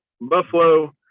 Buffalo